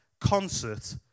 concert